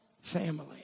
family